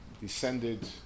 descended